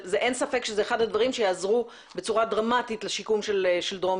אין ספק שזה אחד הדברים שיעזרו בצורה דרמטית לשיקום של דרום